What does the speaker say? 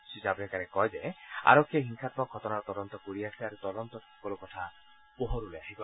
শ্ৰী জাণ্ডেকাৰে কয় যে আৰক্ষীয়ে হিংসামক ঘটনাৰ তদন্ত কৰি আছে আৰু তদন্তত সকলো কথা পোহৰলৈ আহিব